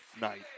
night